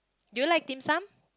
do you like Dim Sum